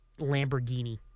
Lamborghini